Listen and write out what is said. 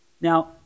Now